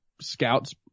scouts